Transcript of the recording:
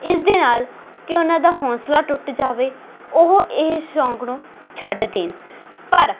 ਇਸਦੇ ਨਾਲ ਕਿ ਉਨ੍ਹਾਂ ਹੌਂਸਲਾ ਟੁੱਟ ਜਾਵੇ ਉਹ ਇਹ ਸ਼ੌਂਕ ਨੂੰ ਛੱਡ ਦੇਣ ਪਰ